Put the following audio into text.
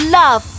love